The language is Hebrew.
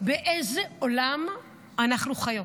באיזה עולם אנחנו חיות.